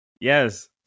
Yes